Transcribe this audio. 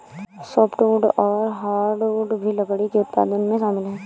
softwood और hardwood भी लकड़ी के उत्पादन में शामिल है